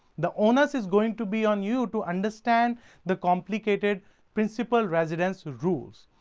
the onus is going to be on you to understand the complicated principal residence rules.